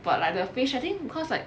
but like the fish I think because like